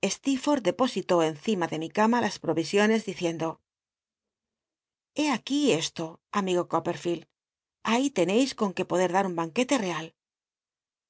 depositó encima de mi cama las prorision es diciendo l ié aquí esto amigo copperfielcl ahí tenéis con qué poder dar un banquete real